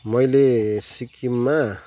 मैले सिक्किममा